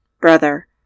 brother